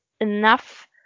enough